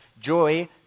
Joy